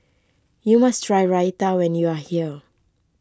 you must try Raita when you are here